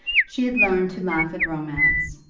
she had learned to laugh at romance,